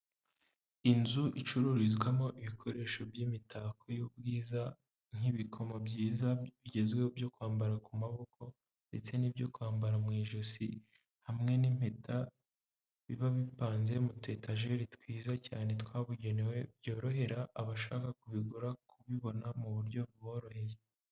Inzu icururizwamo ibikoresho by'imitako y'ubwiza nk'ibikomo byiza bigezweho byo kwambara ku maboko ndetse n'ibyo kwambara mu ijosi hamwe n'impeta, biba bipanze mu tu etejeri twiza cyane twabugenewe byorohera abashaka kubigura kubibona mu buryo buboroheye.